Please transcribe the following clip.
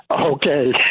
Okay